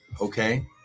Okay